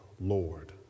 Lord